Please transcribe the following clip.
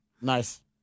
Nice